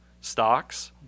stocks